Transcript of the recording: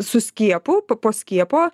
su skiepu po skiepo